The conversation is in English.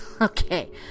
Okay